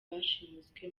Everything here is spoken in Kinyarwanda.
bashimuswe